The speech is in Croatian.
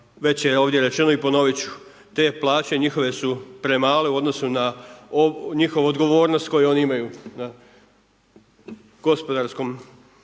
Već je ovdje rečeno i ponovit ću, te plaće njihove su premale u odnosu na njihovu odgovornost koju oni imaju na gospodarskom